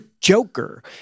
Joker